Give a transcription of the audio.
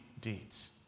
deeds